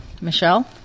Michelle